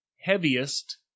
heaviest